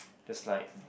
that's like